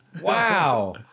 Wow